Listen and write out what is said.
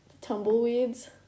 Tumbleweeds